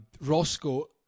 Roscoe